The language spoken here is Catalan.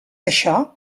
això